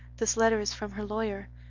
this letter is from her lawyer.